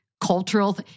cultural